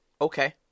Okay